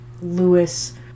Lewis